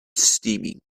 steaming